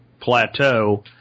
plateau